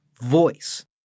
voice